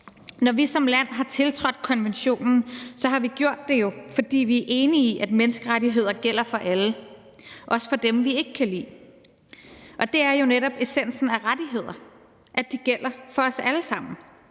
Når vi som land har tiltrådt konventionen, har vi jo gjort det, fordi vi er enige i, at menneskerettigheder gælder for alle, også for dem, vi ikke kan lide. Og det er netop essensen af rettigheder, altså at de gælder for os alle sammen.